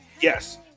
Yes